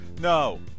No